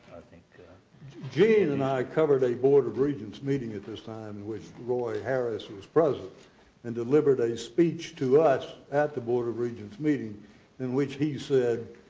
yeah gene and i covered a board of regents meeting at this time in which roy harris was president and delivered a speech to us at the board of regents meeting in which he said,